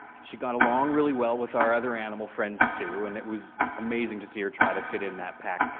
she got along really well with our other animal friends too, and it was amazing to see her try to fit in that pack.